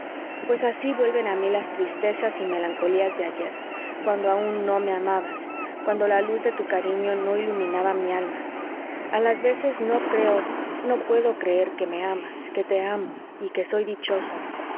pues así vuelven a mí las tristezas y melancolías de ayer cuando aun no me amabas cuando la luz de tu cariño no iluminaba mi alma a las veces no creo no puedo creer que me amas que te amo y que soy dichoso